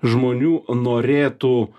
žmonių norėtų